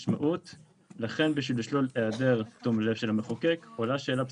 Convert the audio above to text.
יש הרבה דברים שאנחנו עושים הקבלה אליהם.